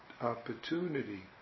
opportunity